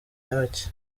nyabaki